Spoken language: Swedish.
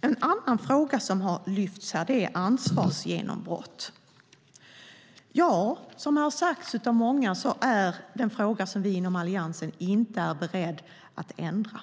En annan fråga som har lyfts upp här är ansvarsgenombrott. Som har sagts av många är det en fråga som vi i Alliansen inte är beredda att ändra.